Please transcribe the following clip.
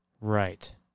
Right